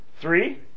three